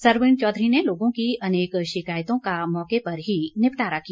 सरवीण चौधरी ने लोगों की अनेक शिकायतों का मौके पर ही निपटारा किया